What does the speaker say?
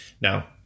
Now